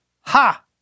Ha